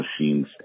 machines